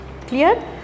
clear